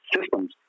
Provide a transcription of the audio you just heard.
systems